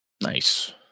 Nice